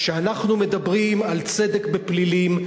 כשאנחנו מדברים על צדק ופלילים,